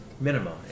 minimum